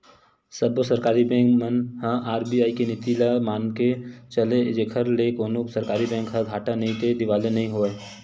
सब्बो सरकारी बेंक मन ह आर.बी.आई के नीति ल मनाके चले जेखर ले कोनो सरकारी बेंक ह घाटा नइते दिवालिया नइ होवय